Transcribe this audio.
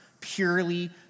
purely